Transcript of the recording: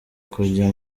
kujya